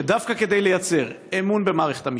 שדווקא כדי לייצר אמון במערכת המשפט,